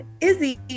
Izzy